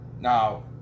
Now